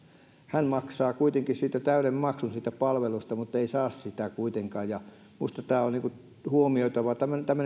hän maksaa kuitenkin täyden maksun siitä palvelusta mutta ei saa sitä kuitenkaan ja minusta on huomioitava tämmöinenkin asia tätä